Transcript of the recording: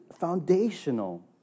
foundational